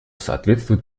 соответствует